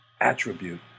attribute